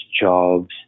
jobs